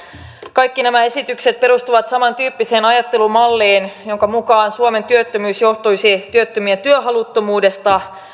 kaikki nämä esitykset perustuvat siihen samantyyppiseen ajattelumalliin jonka mukaan suomen työttömyys johtuisi työttömien työhaluttomuudesta